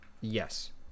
yes